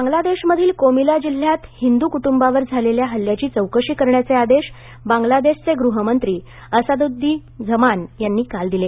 बांगलादेश आदेश कोमिला जिल्हयात हिंदू कुटुंबांवर झालेल्या हल्ल्याची चौकशी करण्याचे आदेश बांगलादेशचे गृहमंत्री असाद्र्झमान यांनी काल दिले